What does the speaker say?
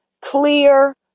clear